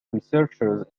researchers